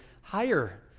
higher